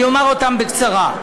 אני אומר אותם בקצרה.